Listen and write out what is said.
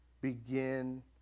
begin